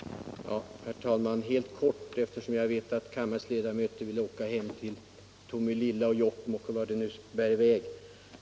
Herr talman! Jag skall fatta mig helt kort, eftersom jag vet att kammarens ledamöter vill åka hem till Tomelilla, Jokkmokk eller vart det nu bär i väg.